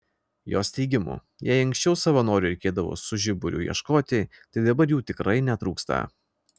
jos teigimu jei anksčiau savanorių reikėdavo su žiburiu ieškoti tai dabar jų tikrai netrūksta